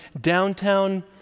downtown